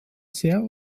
sehr